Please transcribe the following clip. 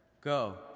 Go